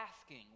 asking